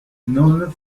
nun